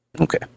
okay